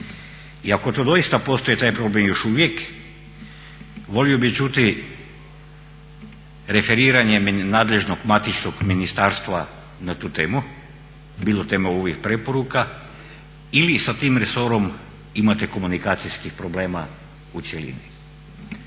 i ako to doista postoji taj problem još uvijek volio bi čuti referiranje nadležnog matičnog ministarstva na tu temu, bilo tema ovih preporuka ili sa tim resorom imate komunikacijskih problema u cjelini.